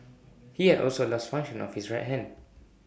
he had also lost function of his right hand